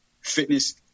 fitness